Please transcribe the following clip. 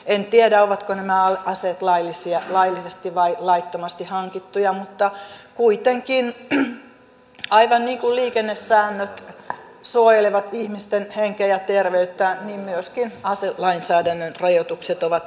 en tiedä ovatko nämä aseet laillisesti vai laittomasti hankittuja mutta kuitenkin aivan niin kuin liikennesäännöt suojelevat ihmisten henkeä ja terveyttä niin myöskin aselainsäädännön rajoitukset ovat sitä varten